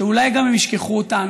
שאולי גם הם ישכחו אותנו.